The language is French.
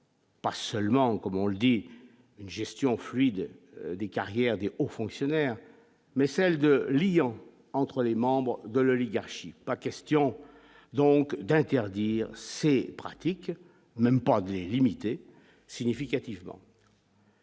Pas seulement, comme on le dit une gestion fluide des carrières de haut fonctionnaire, mais celle de l'Iran entre les membres de l'oligarchie, pas question donc d'interdire ces pratiques même pas dire limiter significativement.